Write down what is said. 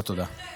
חן-חן.